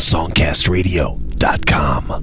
SongcastRadio.com